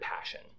passion